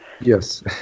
Yes